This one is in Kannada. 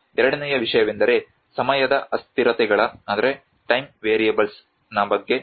ಮತ್ತು ಎರಡನೆಯ ವಿಷಯವೆಂದರೆ ಸಮಯದ ಅಸ್ಥಿರತೆಗಳ ಬಗ್ಗೆ